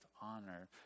honor